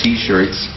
T-shirts